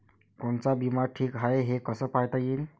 कोनचा बिमा ठीक हाय, हे कस पायता येईन?